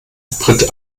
hybrid